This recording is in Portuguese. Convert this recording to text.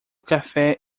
café